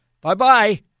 Bye-bye